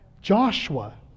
Joshua